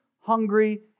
hungry